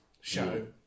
show